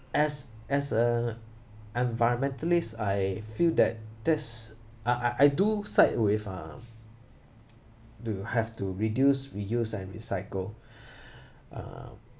as as a environmentalist I feel that this I I I do side with uh to have to reduce reuse and recycle uh